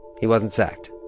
he wasn't sacked.